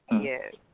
Yes